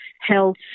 Health